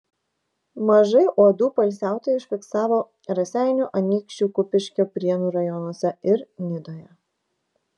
mažai uodų poilsiautojai užfiksavo raseinių anykščių kupiškio prienų rajonuose ir nidoje